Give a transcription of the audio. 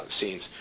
scenes